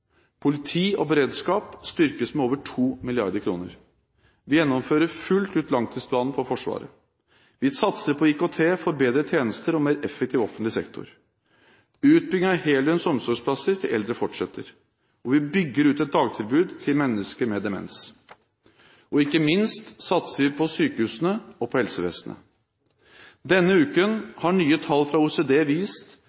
Politi og beredskap styrkes med over 2 mrd. kr. Vi gjennomfører fullt ut langtidsplanen for Forsvaret. Vi satser på IKT for bedre tjenester og mer effektiv offentlig sektor. Utbyggingen av heldøgns omsorgsplasser til eldre fortsetter. Vi bygger ut et dagtilbud til mennesker med demens. Ikke minst satser vi på sykehusene og på helsevesenet. Denne